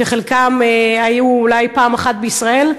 שחלקם היו אולי פעם אחת בישראל,